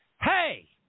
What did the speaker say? hey